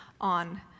on